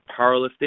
powerlifting